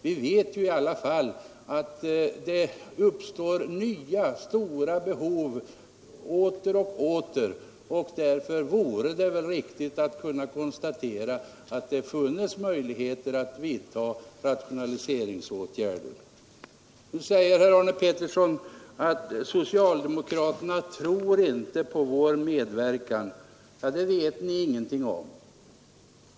Vi vet ju i alla fall att det ständigt uppstår nya stora behov, och därför vore det väl bra att kunna konstatera att det finns möjligheter att vidtaga rationaliseringsåtgärder. Nu säger herr Arne Pettersson att socialdemokraterna inte tror på vår medverkan. Det vet ni ingenting om.